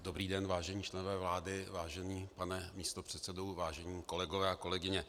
Dobrý den, vážení členové vlády, vážený pane místopředsedo, vážení kolegové a kolegyně.